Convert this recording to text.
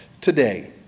today